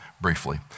briefly